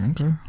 Okay